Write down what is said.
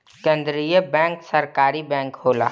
केंद्रीय बैंक सरकारी बैंक होला